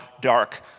dark